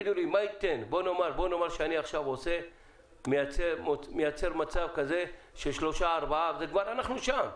בוא נאמר שאני עכשיו מייצר מצב ואנחנו כבר שם,